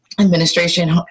administration